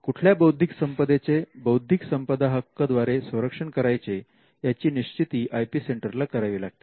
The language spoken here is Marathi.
कुठल्या बौद्धिक संपदेचे बौद्धिक संपदा हक्क द्वारे संरक्षण करायचे याची निश्चिती आय पी सेंटरला करावी लागते